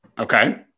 Okay